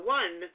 one